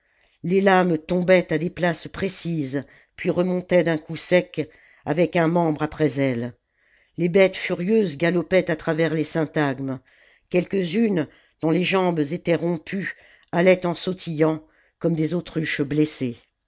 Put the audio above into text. les lames tombaient à des places précises puis remontaient d'un coup sec avec un membre après elles les bêtes furieuses galopaient à travers les sjntagm es quelques-unes dont les jambes étaient rompues allaient en sautillant comme des autruches blessées